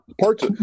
Parts